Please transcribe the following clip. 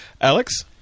Alex